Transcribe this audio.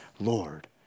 Lord